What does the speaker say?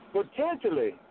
Potentially